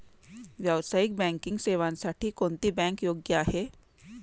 व्यावसायिक बँकिंग सेवांसाठी कोणती बँक योग्य आहे?